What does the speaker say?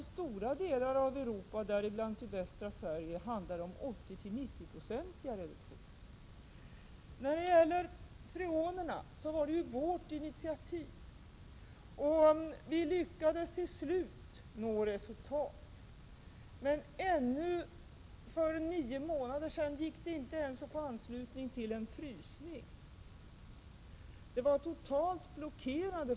I stora delar av Europa, däribland sydvästra Sverige, handlar det om 80-90-procentiga reduktioner. I fråga om freonerna var ju initiativet vårt och vi lyckades till slut nå resultat, men ännu för nio månader sedan gick det inte ens att få anslutning till tanken på en frysning.